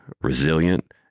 resilient